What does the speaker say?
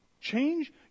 Change